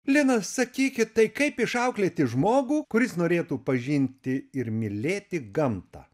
lina sakykit tai kaip išauklėti žmogų kuris norėtų pažinti ir mylėti gamtą